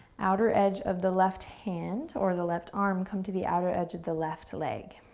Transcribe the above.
outer edge of the left hand or the left arm come to the outer edge of the left leg.